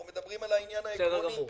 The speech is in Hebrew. אנחנו מדברים על העניין העקרוני.